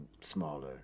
smaller